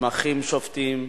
המתמחים שובתים,